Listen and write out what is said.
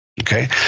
Okay